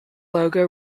logo